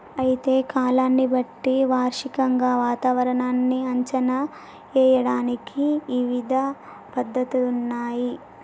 అయితే కాలాన్ని బట్టి వార్షికంగా వాతావరణాన్ని అంచనా ఏయడానికి ఇవిధ పద్ధతులున్నయ్యి